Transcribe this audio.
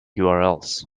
urls